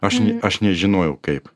aš n aš nežinojau kaip